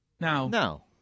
Now